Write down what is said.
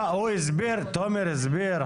תומר הסביר,